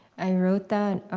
i wrote that.